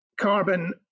carbon